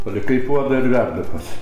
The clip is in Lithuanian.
palikai puodą ir verda pats